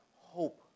Hope